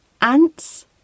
Ants